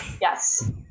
Yes